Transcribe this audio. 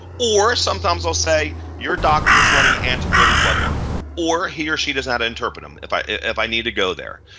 or sometimes i'll say your doctor is running ante graded blood work or here she just haven't interpret them, if i if i need to go there.